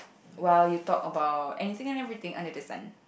while you talk about anything and everything under the sun